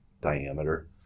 diameter